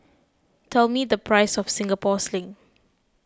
tell me the price of Singapore Sling